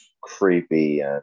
creepy